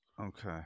Okay